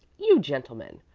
you gentlemen,